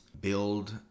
build